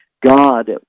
God